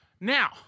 Now